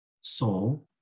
soul